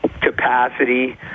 capacity